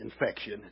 infection